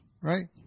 Right